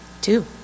Two